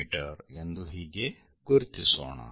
me ಎಂದು ಹೀಗೆ ಗುರುತಿಸೋಣ